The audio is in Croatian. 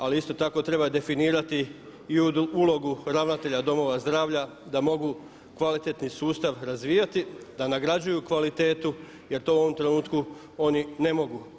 Ali isto tako treba definirati i ulogu ravnatelja domova zdravlja da mogu kvalitetni sustav razvijati, da nagrađuju kvalitetu jer to u ovom trenutku oni ne mogu.